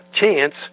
chance